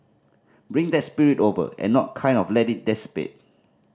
bring that spirit over and not kind of let it dissipate